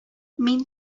мин